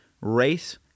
race